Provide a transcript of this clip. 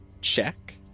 check